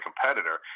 competitor